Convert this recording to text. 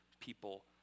people